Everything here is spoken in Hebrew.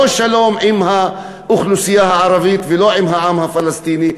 לא שלום עם האוכלוסייה הערבית ולא שלום עם העם הפלסטיני,